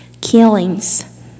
killings